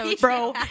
Bro